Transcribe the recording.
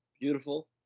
beautiful